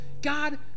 God